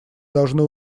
должны